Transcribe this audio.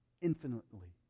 infinitely